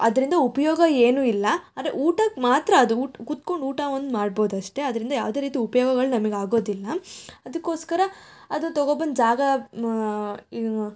ಅದರಿಂದ ಉಪಯೋಗ ಏನೂ ಇಲ್ಲ ಆದರೆ ಊಟಕ್ಕೆ ಮಾತ್ರ ಅದು ಊಟ ಕೂತ್ಕೊಂಡು ಊಟ ಒಂದು ಮಾಡ್ಬೋದಷ್ಟೇ ಅದರಿಂದ ಯಾವುದೇ ರೀತಿ ಉಪ್ಯೋಗಗಳು ನಮಗೆ ಆಗೋದಿಲ್ಲ ಅದಕ್ಕೋಸ್ಕರ ಅದು ತೊಗೊಬಂದು ಜಾಗ ಮ